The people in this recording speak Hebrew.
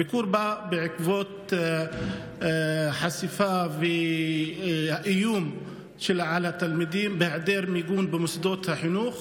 הביקור בא בעקבות חשיפה ואיום על התלמידים בהיעדר מיגון במוסדות החינוך.